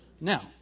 Now